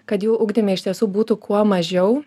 kad jų ugdyme iš tiesų būtų kuo mažiau